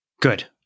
Good